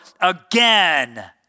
again